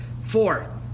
Four